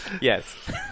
Yes